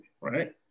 Right